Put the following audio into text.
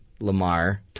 Lamar